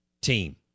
team